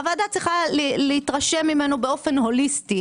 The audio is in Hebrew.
הוועדה צריכה להתרשם ממנו באופן הוליסטי,